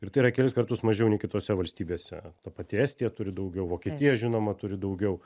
ir tai yra kelis kartus mažiau nei kitose valstybėse ta pati estija turi daugiau vokietija žinoma turi daugiau